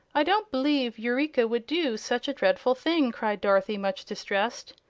i don't b'lieve eureka would do such a dreadful thing! cried dorothy, much distressed.